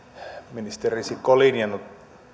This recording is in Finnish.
ministeri risikko on linjannut